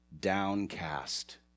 downcast